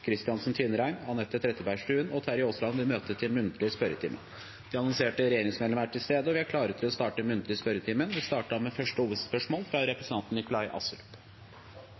De annonserte regjeringsmedlemmer er til stede, og vi er klare til å starte den muntlige spørretimen. Vi starter da med første hovedspørsmål, fra representanten Nikolai Astrup.